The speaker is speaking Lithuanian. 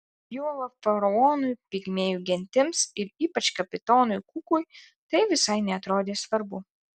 juolab faraonui pigmėjų gentims ir ypač kapitonui kukui tai visai neatrodė svarbu